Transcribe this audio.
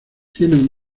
tienen